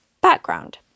Background